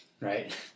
right